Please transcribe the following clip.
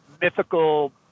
mythical